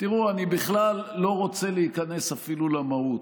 אני בכלל לא רוצה להיכנס אפילו למהות.